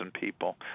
people